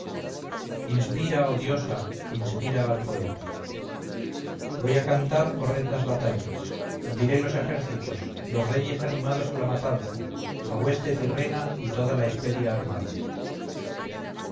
inspira oh diosa inspira al poeta voy a cantar horrendas batallas diré los ejércitos los reyes animados a la matanza la hueste tirrena y toda la hesperia armada